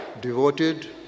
devoted